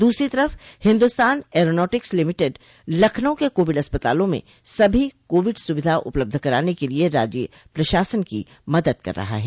दूसरी तरफ Hindustan aeronautics limited Lucknow के कोविड अस्पतालों में सभी कोविड सुविधा उपलब्ध कराने के लिए राज्य प्रशासन की मदद कर रहा है